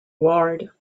ward